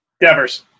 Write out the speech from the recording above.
Devers